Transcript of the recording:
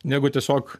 negu tiesiog